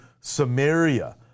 Samaria